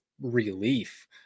relief